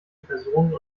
personen